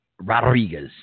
rodriguez